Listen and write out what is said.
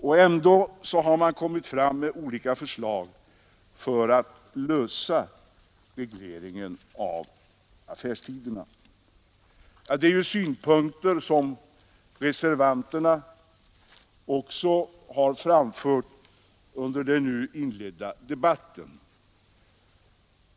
Ändå har man kommit fram med olika förslag för att ordna regleringen av affärstiderna. De synpunkterna har reservanterna också framfört under den nu inledda debatten.